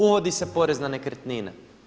Uvodi se porez na nekretnine.